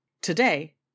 Today